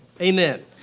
Amen